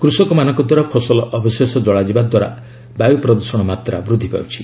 କୃଷକମାନଙ୍କ ଦ୍ୱାରା ଫସଲ ଅବଶେଷ ଜଳାଯିବା ଦ୍ୱାରା ବାୟୁ ପ୍ରଦୂଷଣ ମାତ୍ରା ବୃଦ୍ଧି ପାଉଛି